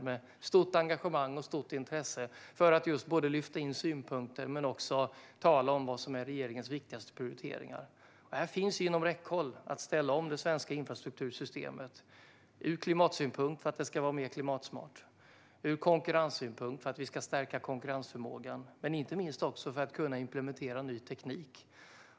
Det fanns ett stort engagemang och intresse för att lyfta upp synpunkter och tala om regeringens viktigaste prioriteringar. Att ställa om det svenska infrastruktursystemet är inom räckhåll, för att det ska bli mer klimatsmart, för att vi ska stärka konkurrensförmågan och inte minst för att kunna implementera ny teknik.